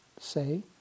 say